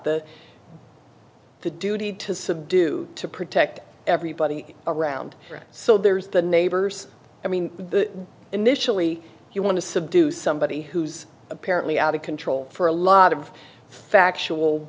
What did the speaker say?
the duty to subdue to protect everybody around so there's the neighbors i mean initially you want to subdue somebody who's apparently out of control for a lot of factual